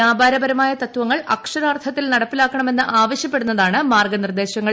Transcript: വ്യാപാരപരമായ തത്വങ്ങൾ അക്ഷരാർത്ഥത്തിൽ നടപ്പിലാക്കണമെന്ന് ആവശ്യപ്പെടുന്നതാണ് മാർഗ്ഗനിർദ്ദേശങ്ങൾ